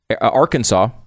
Arkansas